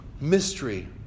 mystery